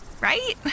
right